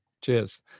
Cheers